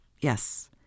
Yes